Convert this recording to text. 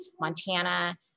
Montana